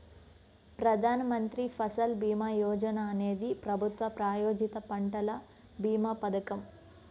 ప్రధాన్ మంత్రి ఫసల్ భీమా యోజన అనేది ప్రభుత్వ ప్రాయోజిత పంటల భీమా పథకం